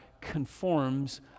conforms